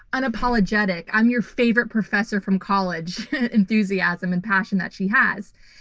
unapologetic, i'm your favorite professor from college enthusiasm and passion that she has.